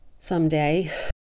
someday